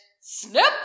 snip